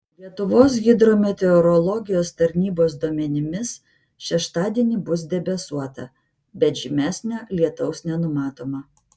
lietuvos hidrometeorologijos tarnybos duomenimis šeštadienį bus debesuota bet žymesnio lietaus nenumatoma